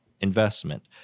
investment